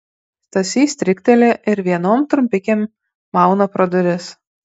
stasys strikteli ir vienom trumpikėm mauna pro duris